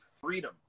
freedom